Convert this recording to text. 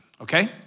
okay